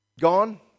Gone